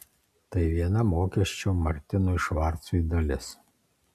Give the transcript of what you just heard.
tai viena mokesčio martinui švarcui dalis